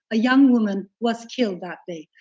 a young woman was killed that day.